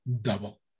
double